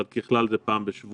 אבל ככלל זה פעם בשבועיים.